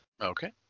Okay